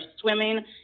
swimming